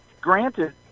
granted